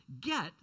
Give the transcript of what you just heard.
get